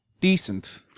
decent